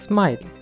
Smile